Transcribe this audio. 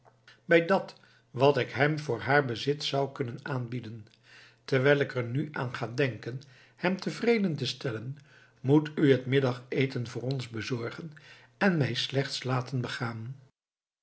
bij dat wat ik hem voor haar bezit zou kunnen aanbieden terwijl ik er nu aan ga denken hem tevreden te stellen moet u het middageten voor ons bezorgen en mij slechts laten begaan